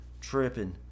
Tripping